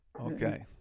Okay